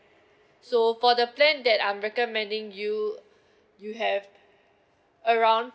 so for the plan that I'm recommending you you have around